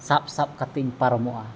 ᱥᱟᱵ ᱥᱟᱵ ᱠᱟᱛᱮᱫᱤᱧ ᱯᱟᱨᱚᱢᱚᱜᱼᱟ